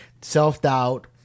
self-doubt